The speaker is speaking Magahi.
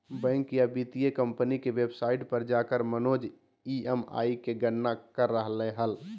बैंक या वित्तीय कम्पनी के वेबसाइट पर जाकर मनोज ई.एम.आई के गणना कर रहलय हल